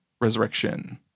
Resurrection